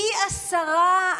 פי עשרה,